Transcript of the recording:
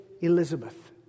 Elizabeth